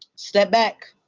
step back.